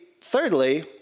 thirdly